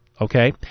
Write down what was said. Okay